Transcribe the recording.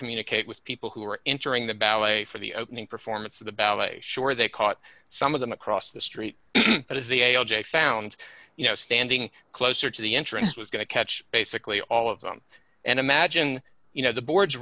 communicate with people who are entering the ballet for the opening performance of the ballet sure they caught some of them across the street but it's the a l j found you know standing closer to the entrance was going to catch basically all of them and imagine you know the boards